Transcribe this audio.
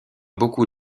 beaucoup